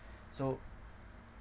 so